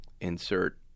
insert